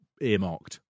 earmarked